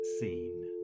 seen